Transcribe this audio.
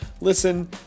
listen